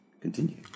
Continue